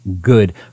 Good